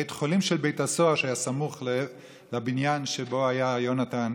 בבית חולים של בית הסוהר שהיה סמוך לבניין שבו היה יונתן.